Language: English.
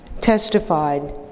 testified